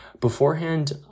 Beforehand